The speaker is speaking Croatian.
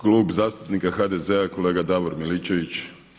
Klub zastupnika HDZ-a kolega Davor Miličević.